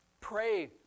Pray